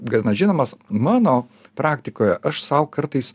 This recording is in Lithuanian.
gana žinomas mano praktikoje aš sau kartais